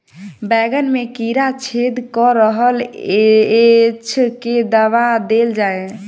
बैंगन मे कीड़ा छेद कऽ रहल एछ केँ दवा देल जाएँ?